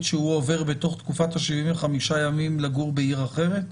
שהוא עובר בתוך תקופת 75 הימים לגור בעיר אחרת?